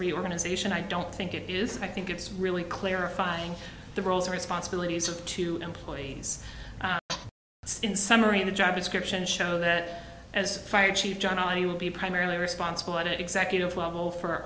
reorganization i don't think it is i think it's really clarifying the roles responsibilities of two employees in summary in the job description show that as fire chief john i will be primarily responsible at executive level for